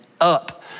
up